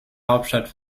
hauptstadt